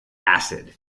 acid